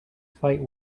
fight